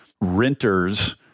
Renters